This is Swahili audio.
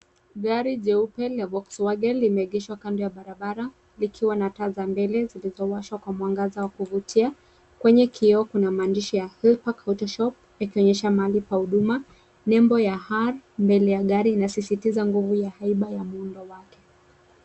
Gari jeupe la Volkswagen limeegeshwa kando ya barabara likiwa na taa za mbele zilizowashwa kwa mwangaza wa kuvutia. Kwenye kioo kuna maandishi ya hellpark autoshop ukionyesha mahali pa huduma. Nembo ya R mbele ya gari inasisitiza nguvu ya haiba ya muundo wake.